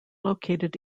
located